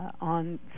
on